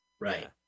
Right